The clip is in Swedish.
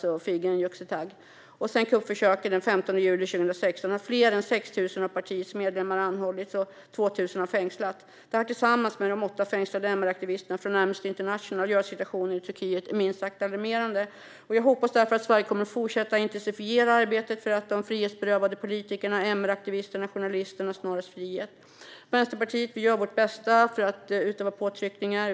och Figen Yüksekdag. Sedan kuppförsöket den 15 juli 2016 har fler än 6 000 av partiets medlemmar anhållits, och 2 000 har fängslats. Detta tillsammans med de åtta fängslade MR-aktivisterna från Amnesty International gör att situationen i Turkiet är minst sagt alarmerande. Jag hoppas därför att Sverige kommer att fortsätta att intensifiera arbetet för att de frihetsberövade politikerna, MR-aktivisterna och journalisterna snarast friges. Vi i Vänsterpartiet gör vårt bästa för att utöva påtryckningar.